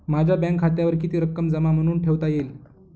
माझ्या बँक खात्यावर किती रक्कम जमा म्हणून ठेवता येईल?